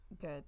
good